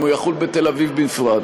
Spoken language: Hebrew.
אם הוא יחול בתל-אביב בפרט.